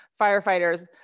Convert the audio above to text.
firefighters